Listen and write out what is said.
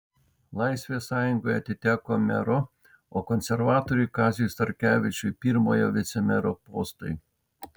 laisvės sąjungai atiteko mero o konservatoriui kaziui starkevičiui pirmojo vicemero postai